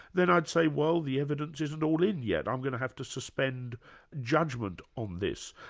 then i'd say, well, the evidence isn't all in yet, i'm going to have to suspend judgment on this.